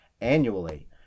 annually